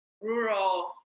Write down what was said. rural